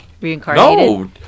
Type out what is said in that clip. reincarnated